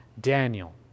Daniel